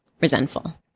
resentful